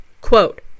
Quote